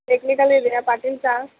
technical area Patil Chaal